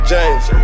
James